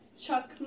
Chuck